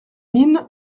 mine